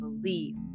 believe